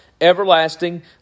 everlasting